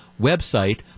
website